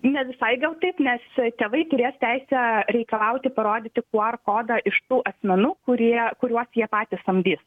ne visai gal taip nes tėvai turės teisę reikalauti parodyti qr kodą iš tų asmenų kurie kuriuos jie patys samdys